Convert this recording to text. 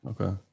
Okay